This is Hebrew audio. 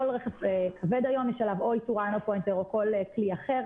כל רכב כבד היום יש עליו או איתוראן או פוינטר או כלי אחר,